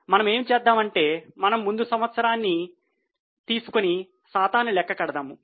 మనమేం చేద్దామంటే మనము ముందు సంవత్సరాన్ని తీసుకొని శాతాన్ని లెక్క కడతాము